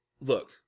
look